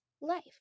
life